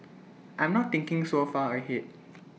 I'm not thinking so far ahead